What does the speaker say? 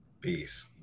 Peace